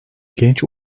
genç